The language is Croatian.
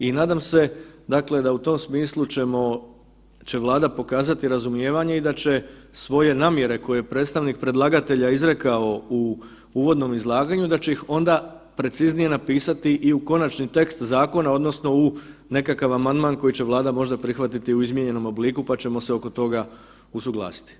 I nadam se dakle da u tom smislu ćemo, će Vlada pokazati razumijevanje i da će svoje namjere koje je predstavnik predlagatelja izrekao u uvodnom izlaganju da će ih onda preciznije napisati i u konačni tekst zakona odnosno u nekakav amandman koji će Vlada možda prihvatiti u izmijenjenom obliku pa ćemo se oko toga usuglasiti.